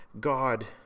God